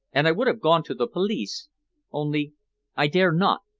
and i would have gone to the police only i dare not.